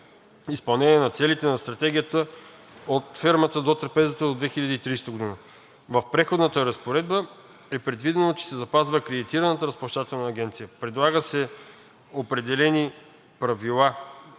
изпълнение на целите на Стратегията „От фермата до трапезата“ до 2030 г. В преходна разпоредба е предвидено, че се запазва акредитираната разплащателна агенция. Предлага се определени правила